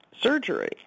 surgery